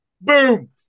boom